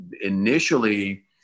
initially